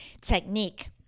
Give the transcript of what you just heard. technique